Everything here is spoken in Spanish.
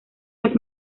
las